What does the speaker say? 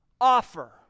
offer